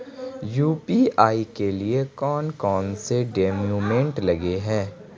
UPI के लिए कौन कौन से डॉक्यूमेंट लगे है?